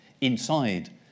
inside